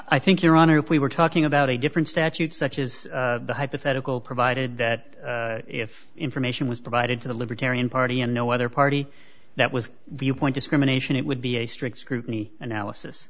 i think your honor if we were talking about a different statute such is the hypothetical provided that if information was provided to the libertarian party and no other party that was viewpoint discrimination it would be a strict scrutiny analysis